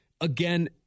again